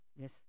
yes